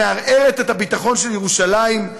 שמערערת את הביטחון של ירושלים,